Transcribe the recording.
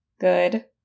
good